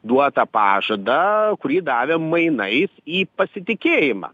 duotą pažadą kurį davė mainais į pasitikėjimą